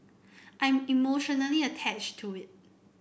I'm emotionally attached to it